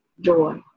joy